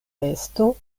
besto